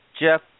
Jeff